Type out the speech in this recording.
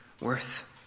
worth